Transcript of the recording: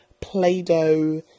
Play-Doh